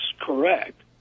correct